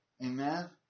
Amen